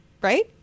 Right